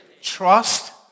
Trust